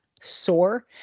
sore